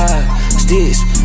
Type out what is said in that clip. sticks